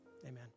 Amen